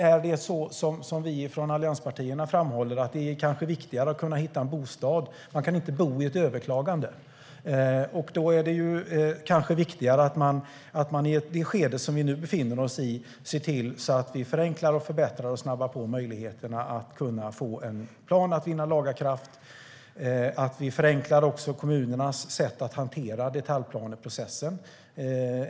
Är det som vi från allianspartierna framhåller, att det kanske är viktigare att kunna hitta en bostad? Man kan inte bo i ett överklagande. Då är det kanske viktigare att vi i det skede som vi nu befinner oss i ser till att vi förenklar, förbättrar och snabbar på möjligheterna att få en plan som vinner laga kraft och att vi förenklar kommunernas sätt att hantera detaljplaneprocessen.